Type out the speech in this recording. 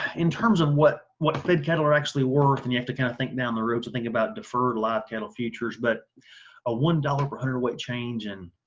in terms of what what fed cattle are actually worth, and you have to kind of think down the road to think about deferred live cattle futures, but a one dollars per hundredweight change in